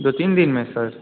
दो तीन दिन में सर